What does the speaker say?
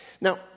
Now